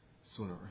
sooner